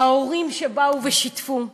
ההורים שבאו ושיתפו,